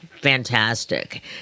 fantastic